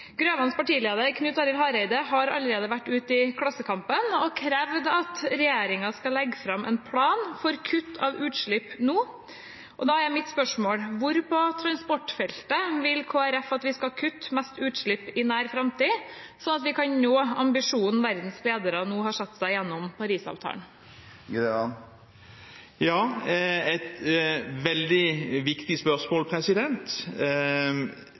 Grøvans partileder, Knut Arild Hareide, har allerede vært ute i Klassekampen og krevd at regjeringen skal legge fram en plan for kutt av utslipp nå. Da er mitt spørsmål: Hvor på transportfeltet vil Kristelig Folkeparti at vi skal kutte mest utslipp i nær framtid, sånn at vi kan nå ambisjonen verdens ledere nå har satt seg gjennom Paris-avtalen? Det er et veldig viktig spørsmål.